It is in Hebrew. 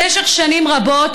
במשך שנים רבות,